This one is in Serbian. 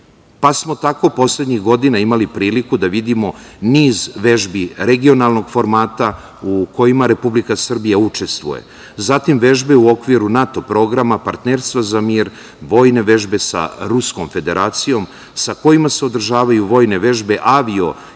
pa smo tako poslednjih godina imali priliku da vidimo niz vežbi regionalnog formata u kojima Republika Srbija učestvuje. Zatim, vežbe u okviru NATO programa partnerstva za mir, vojne vežbe sa Ruskom Federacijom, sa kojima se održavaju vojne vežbe avio i